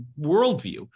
worldview